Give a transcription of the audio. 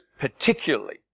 particularly